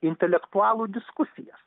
intelektualų diskusijas